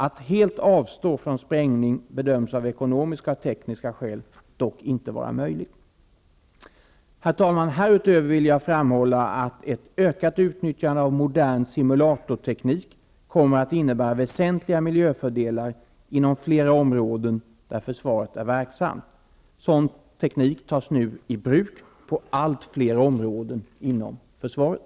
Att helt avstå från sprängning bedöms av ekonomiska och tekniska skäl dock inte vara möjligt. Härutöver vill jag framhålla att ett ökat utnyttjande av modern simulatorteknik kommer att innebära väsentliga miljöfördelar inom flera områden där försvaret är verksamt. Sådan teknik tas nu i bruk på allt fler områden inom försvaret.